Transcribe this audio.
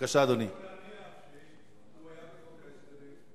שאם הוא היה בחוק ההסדרים,